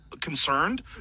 concerned